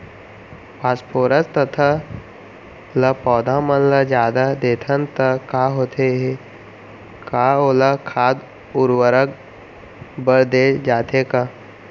Phosphorus तथा ल पौधा मन ल जादा देथन त का होथे हे, का ओला खाद उर्वरक बर दे जाथे का?